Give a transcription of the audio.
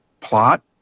plot